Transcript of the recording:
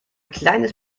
kleines